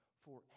forever